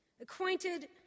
Acquainted